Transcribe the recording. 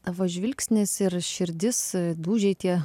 tavo žvilgsnis ir širdis dūžiai tie